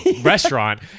restaurant